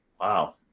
Wow